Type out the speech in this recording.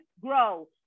grow